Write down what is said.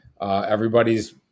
everybody's